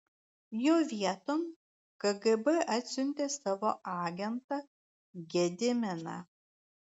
jo vieton kgb atsiuntė savo agentą gediminą